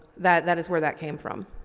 that that is where that came from.